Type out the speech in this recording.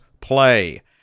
play